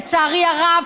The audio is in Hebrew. לצערי הרב,